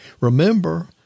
Remember